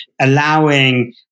allowing